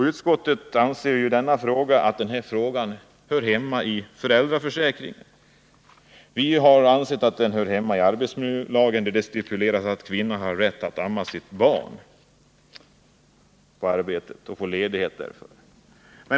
Utskottet anser att denna fråga hör hemma i föräldraförsäkringen. Vi har ansett att den hör hemma i arbetsmiljölagen, där det stipuleras att kvinna har rätt att amma sitt barn på arbetet och få ledighet därför.